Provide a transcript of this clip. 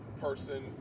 person